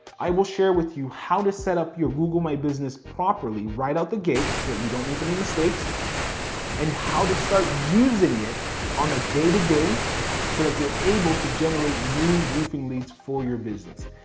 i will share with you how to set up your google my business properly right out the gate that you don't make any mistakes and how to start using it on a day to day so that you're able to generate new roofing leads for your business.